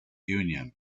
union